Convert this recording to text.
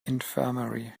infirmary